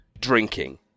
drinking